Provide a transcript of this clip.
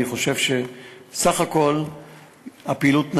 אני חושב שבסך הכול הפעילות נעשית,